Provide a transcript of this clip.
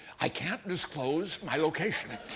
i can't disclose my location.